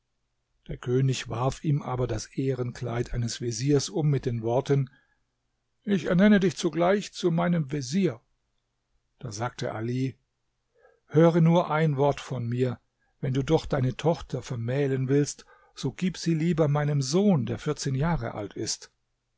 der könig warf ihm aber das ehrenkleid eines veziers um mit den worten ich ernenne dich zugleich zu meinem vezier da sagte ali höre nur ein wort von mir wenn du doch deine tochter vermählen willst so gib sie lieber meinem sohn der vierzehn jahre alt ist